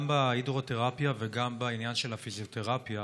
גם בהידרותרפיה וגם בפיזיותרפיה